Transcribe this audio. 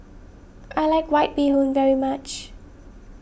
I like White Bee Hoon very much